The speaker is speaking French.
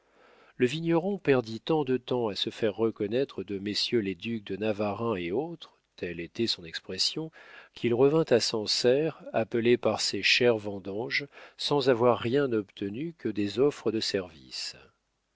le vigneron perdit tant de temps à se faire reconnaître de messieurs les ducs de navarreins et autres telle était son expression qu'il revint à sancerre appelé par ses chères vendanges sans avoir rien obtenu que des offres de services